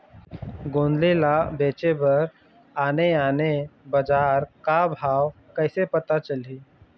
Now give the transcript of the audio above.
गोंदली ला बेचे बर आने आने बजार का भाव कइसे पता चलही?